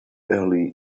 early